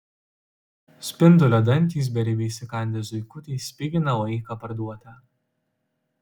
spindulio dantys beribiai įsikandę zuikutį spigina laiką parduotą